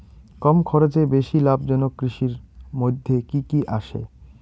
কম খরচে বেশি লাভজনক কৃষির মইধ্যে কি কি আসে?